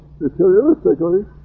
materialistically